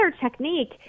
technique